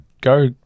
go